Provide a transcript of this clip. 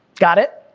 got it?